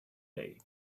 day